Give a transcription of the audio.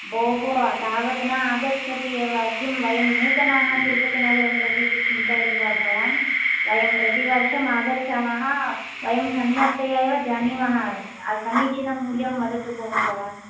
भोः तावत् न आगच्छति एव किं वयं नूतनाः तिरुपतिनगरं प्रति इति चिन्तयति वा भवान् वयं प्रतिवर्षम् आगच्छामः वयं सम्यक्तया एव जानीमः समीचिनं मूल्यं वदतु भोः भवान्